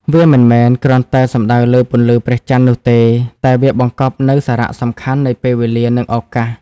វាមិនមែនគ្រាន់តែសំដៅលើពន្លឺព្រះចន្ទនោះទេ តែវាបង្កប់នូវសារៈសំខាន់នៃពេលវេលា និងឱកាស។